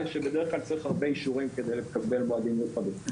כשבדרך כלל צריך הרבה אישורים כדי לקבל מועדים מיוחדים.